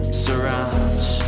surrounds